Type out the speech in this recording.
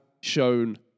shown